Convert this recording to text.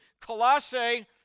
Colossae